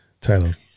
Taylor